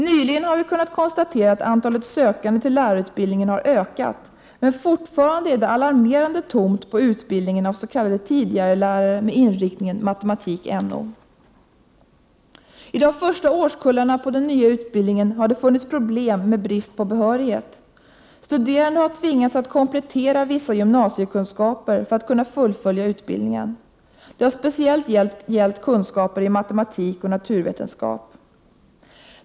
Nyligen har vi kunnat konstatera att antalet sökande till lärarutbildningen har ökat. Men fortfarande är det alarmerande tomt på utbildningen av s.k. tidigarelärare med inriktningen matematik—NO. I de första årskullarna på den nya utbildningen har det funnits problem med brist på behörighet. Studerande har tvingats att komplettera vissa gymnasiekunskaper för att kunna fullfölja utbildningen. Det har speciellt gällt kunskaper i matematik och naturvetenskap.